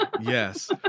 Yes